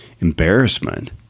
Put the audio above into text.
embarrassment